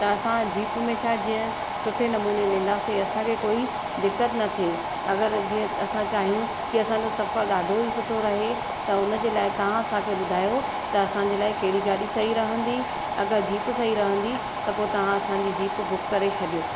त असां जीप में छा जीअं सुठे नमूने वेंदासीं असांखे कोई दिक़त न थिए अगरि जीअं असां चाहियूं की असांजो सफ़र ॾाढो ई सुठो रहे त उन जे लाइ तव्हां असांखे ॿुधायो त असांजे लाइ कहिड़ी गाॾी सही रहंदी अगरि जीप सही रहंदी त पोइ तव्हां असांजी जीप बुक करे छॾियो